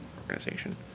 organization